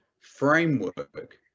framework